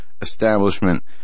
establishment